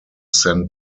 sent